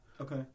Okay